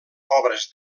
obres